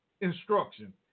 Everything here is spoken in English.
instruction